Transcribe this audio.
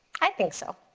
i think so.